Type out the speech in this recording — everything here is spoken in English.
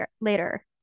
later